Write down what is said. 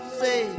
say